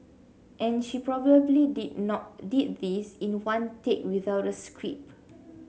and she probably did not did this in one take without a script